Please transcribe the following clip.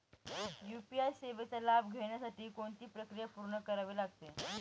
UPI सेवेचा लाभ घेण्यासाठी कोणती प्रक्रिया पूर्ण करावी लागते?